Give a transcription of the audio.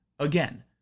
Again